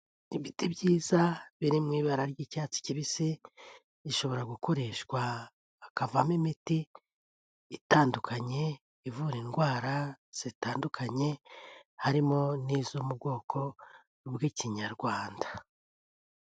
Ibiti byiza biri mu ibara ry'icyatsi kibisi bishobora gukoreshwa hakavamo imiti itandukanye ivura indwara zitandukanye harimo n'izo mu bwoko bw'ikinyarwanda.